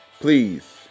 please